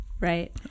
right